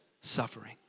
suffering